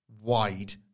wide